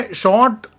short